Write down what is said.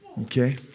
Okay